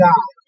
God